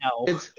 No